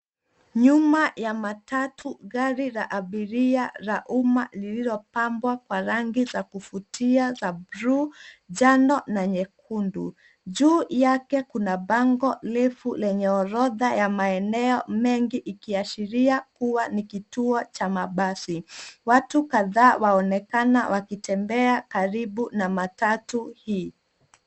Nyuma ya matatu, gari la abiria la umma lililopambwa kwa rangi za kuvutia za blue , njano na nyekundu. Juu yake kuna bango refu lenye orodha ya maeneo mengi ikiashiria kuwa ni kituo cha mabasi. Watu kadhaa waonekana wakitembea karibu na matatu hii.